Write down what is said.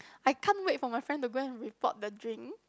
I can't wait for my friend to go and report the drink